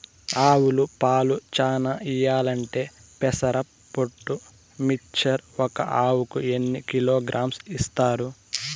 ఆవులు పాలు చానా ఇయ్యాలంటే పెసర పొట్టు మిక్చర్ ఒక ఆవుకు ఎన్ని కిలోగ్రామ్స్ ఇస్తారు?